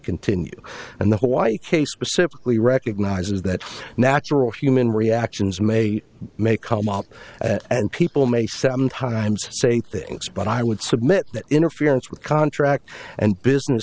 continue and the hawaii case specifically recognizes that natural human reactions may may come up and people may sometimes say things but i would submit that interference with contract and business